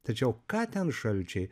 tačiau ką ten šalčiai